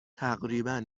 تقریبا